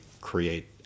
create